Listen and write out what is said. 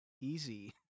easy